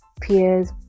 peers